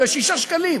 ב-6 שקלים.